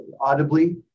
audibly